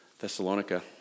Thessalonica